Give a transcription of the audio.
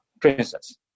Princess